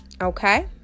Okay